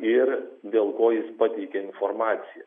ir dėl ko jis pateikė informaciją